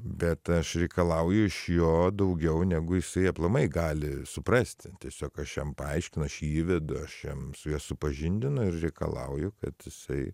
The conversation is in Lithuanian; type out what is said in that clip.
bet aš reikalauju iš jo daugiau negu jisai aplamai gali suprasti tiesiog aš jam paaiškinu aš jį įvedu aš jam su juo supažindinu ir reikalauju kad jisai